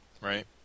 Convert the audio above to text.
right